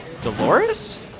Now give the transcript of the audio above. Dolores